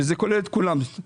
וזה כולל את כולם.